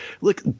look